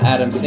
Adam